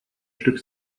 stück